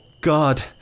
God